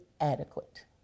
adequate